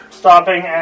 stopping